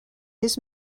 his